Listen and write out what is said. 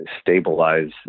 stabilize